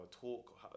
talk